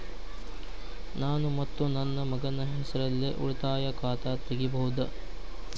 ನಾನು ಮತ್ತು ನನ್ನ ಮಗನ ಹೆಸರಲ್ಲೇ ಉಳಿತಾಯ ಖಾತ ತೆಗಿಬಹುದ?